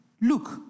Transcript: look